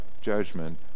judgment